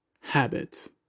habits